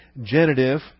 genitive